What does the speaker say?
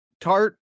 Tart